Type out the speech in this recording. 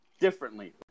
Differently